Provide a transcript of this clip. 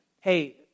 hey